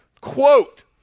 quote